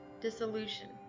dissolution